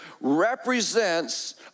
represents